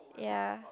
ya